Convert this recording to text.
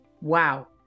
wow